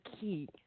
key